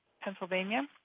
Pennsylvania